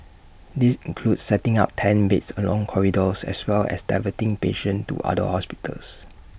these include setting up tent beds along corridors as well as diverting patients to other hospitals